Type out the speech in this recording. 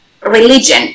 religion